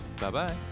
Bye-bye